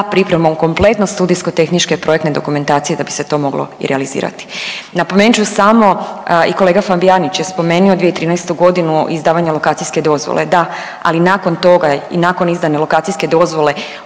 pripremom kompletno studijsko-tehničke projekte dokumentacije da bi se to moglo i realizirati. Napomenut ću samo i kolega Fabijanić je spomenio 2013. godinu izdavanje lokacijske dozvole, da, ali nakon toga i nakon izdane lokacijske dozvole